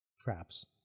traps